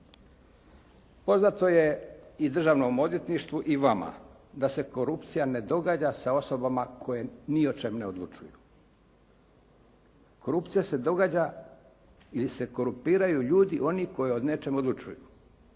Poznato je i Državnom odvjetništvu i vama da se korupcija ne događa sa osobama koje ni o čemu ne odlučuju. Korupcija se događa ili se korumpiraju ljudi oni koji o nečemu odlučuju